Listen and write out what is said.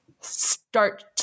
start